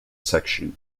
section